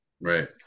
Right